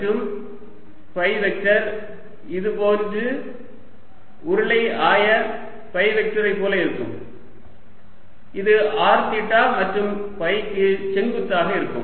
மற்றும் phi vector இது போன்ற உருளை ஆய ஃபை வெக்டர் போல இருக்கும்இது r தீட்டா மற்றும் ஃபைக்கு செங்குத்தாக இருக்கும்